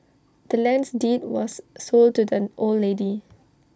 the land's deed was sold to the old lady